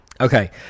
Okay